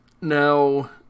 Now